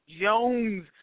Jones